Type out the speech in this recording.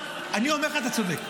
אני אומר לך, אתה צודק.